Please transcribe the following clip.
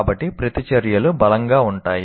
కాబట్టి ప్రతిచర్యలు బలంగా ఉంటాయి